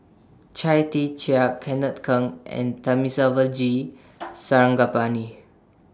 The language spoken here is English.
Chia Tee Chiak Kenneth Keng and Thamizhavel G Sarangapani